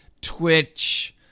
Twitch